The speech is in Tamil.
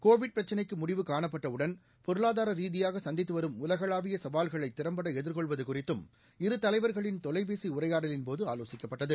கோவிட் பிரச்சினைக்கு முடிவு காணப்பட்டவுடன் பொருளாதார ரீதியாக சந்தித்து வரும் உலகளாவிய சவால்களை திறம்பட எதிர்கொள்வது குறித்தும் இரு தலைவர்களின் தொலைபேசி உரையாடலின்போது ஆலோசிக்கப்பட்டது